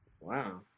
Wow